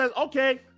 okay